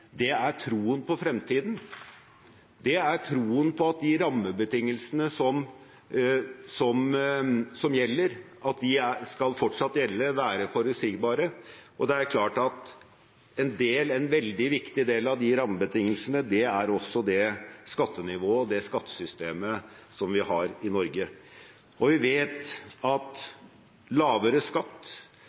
er troen på fremtiden, det er troen på at de rammebetingelsene som gjelder, fortsatt skal gjelde og være forutsigbare. Det er klart at en veldig viktig del av de rammebetingelsene også er det skattenivået og det skattesystemet vi har i Norge. Vi vet at lavere skatt